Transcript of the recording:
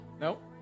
Nope